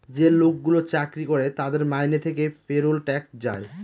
যে লোকগুলো চাকরি করে তাদের মাইনে থেকে পেরোল ট্যাক্স যায়